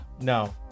No